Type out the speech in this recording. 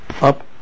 up